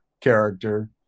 character